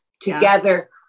together